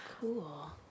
Cool